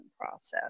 process